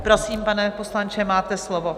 Prosím, pane poslanče, máte slovo.